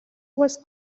was